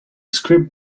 script